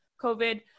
COVID